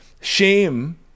shame